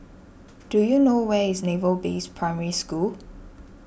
do you know where is Naval Base Primary School